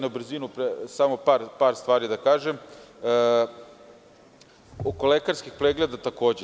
Na brzinu ću samo par stvari da kažem oko lekarskih pregleda takođe.